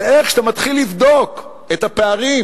איך שאתה מתחיל לבדוק את הפערים